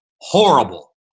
Horrible